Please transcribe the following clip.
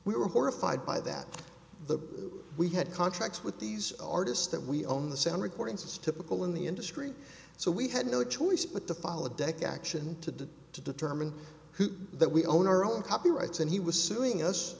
we were horrified by that the we had contracts with these artists that we own the sound recordings is typical in the industry so we had no choice but to follow deck action to to determine who that we own our own copyrights and he was suing us